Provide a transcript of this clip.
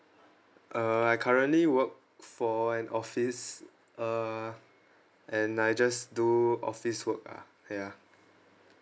uh I currently work for an office uh and I just do office work ah ya